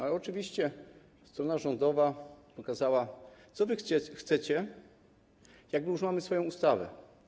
Ale oczywiście strona rządowa przekazała: Czego wy chcecie, jak my już mamy swoją ustawę?